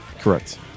Correct